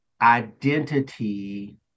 identity